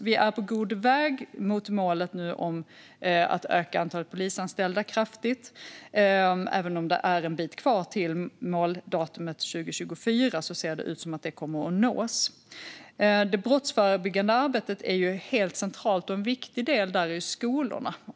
Vi är på god väg mot målet att öka antalet polisanställda kraftigt: Även om det är en bit kvar till måldatumet 2024 ser det ut som att målet kommer att nås. Det brottsförebyggande arbetet är helt centralt, och en viktig del där är skolorna.